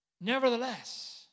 Nevertheless